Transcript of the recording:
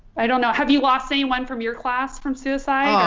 i don't know have you lost anyone from your class from suicide?